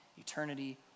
eternity